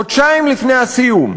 חודשיים לפני הסיום,